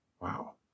Wow